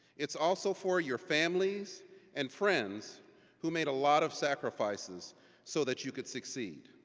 it's also for your families and friends who made a lot of sacrifices so that you could succeed.